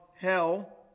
hell